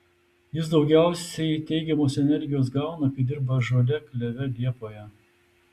jis daugiausiai teigiamos energijos gauna kai dirba ąžuole kleve liepoje